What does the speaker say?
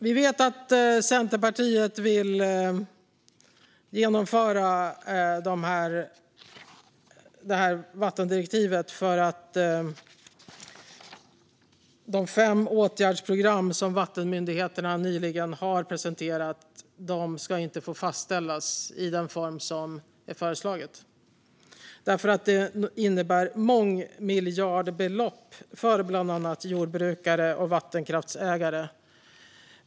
Vi vet att Centerpartiet vill genomföra vattendirektivet för att de fem åtgärdsprogram som vattenmyndigheterna nyligen har presenterat inte ska få fastställas i den form som det är föreslaget. Det innebär nämligen mångmiljardbelopp för bland annat jordbrukare och vattenkraftsägare.